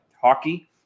hockey